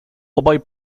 obaj